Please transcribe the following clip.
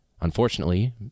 unfortunately